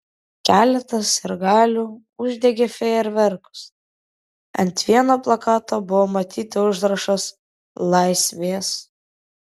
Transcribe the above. keletas sirgalių uždegė fejerverkus ant vieno plakato buvo matyti užrašas laisvės